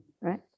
right